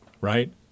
right